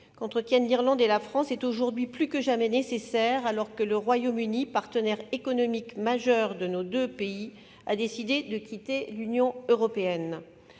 qu'entretiennent l'Irlande et la France est plus que jamais nécessaire aujourd'hui, alors que le Royaume-Uni, partenaire économique majeur de nos deux pays, a décidé de quitter l'Union européenne.